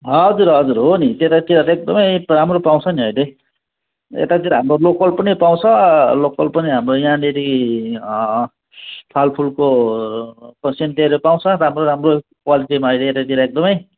हजुर हजुर हो नि त्यो त त्यो एकदमै राम्रो पाउँछ नि अहिले यतातिर हाम्रो लोकल पनि पाउँछ लोकल पनि हाम्रो यहाँनिर फालफुलको प सेन्तेहरू पाउँछ राम्रो राम्रो क्वालिटीमा अहिले यतातिर एकदमै